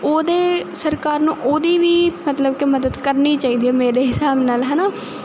ਉਹਦੇ ਸਰਕਾਰ ਨੂੰ ਉਹਦੀ ਵੀ ਮਤਲਬ ਕਿ ਮਦਦ ਕਰਨੀ ਚਾਹੀਦੀ ਹੈ ਮੇਰੇ ਹਿਸਾਬ ਨਾਲ ਹਨਾ ਕਿਉਂਕਿ